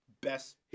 Best